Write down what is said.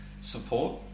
support